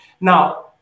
now